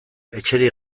etxerik